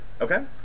Okay